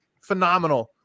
Phenomenal